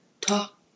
talk